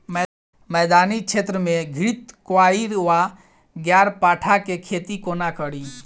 मैदानी क्षेत्र मे घृतक्वाइर वा ग्यारपाठा केँ खेती कोना कड़ी?